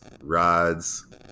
rods